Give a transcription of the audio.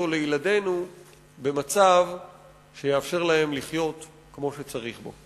לילדינו במצב שיאפשר להם לחיות כמו שצריך בו.